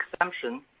exemption